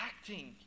acting